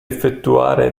effettuare